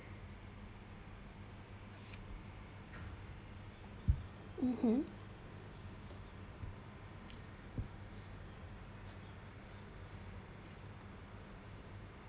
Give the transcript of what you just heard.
mmhmm